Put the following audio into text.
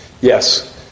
Yes